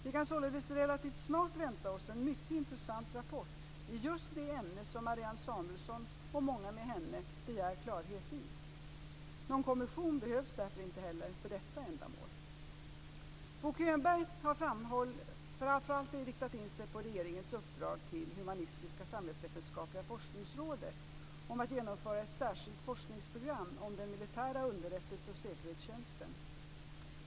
Vi kan således relativt snart vänta oss en mycket intressant rapport i just det ämne som Marianne Samuelsson och många med henne begär klarhet i. Någon kommission behövs därför inte heller för detta ändamål. Bo Könberg har framför allt riktat in sig på regeringens uppdrag till Humanistisksamhällsvetenskapliga forskningsrådet om att genomföra ett särskilt forskningsprogram om den militära underrättelse och säkerhetstjänsten.